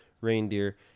Reindeer